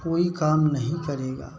कोई काम नहीं करेगा